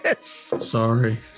Sorry